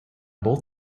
both